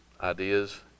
ideas